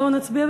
בואו נצביע.